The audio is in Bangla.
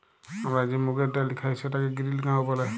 আমরা যে মুগের ডাইল খাই সেটাকে গিরিল গাঁও ব্যলে